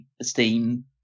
esteem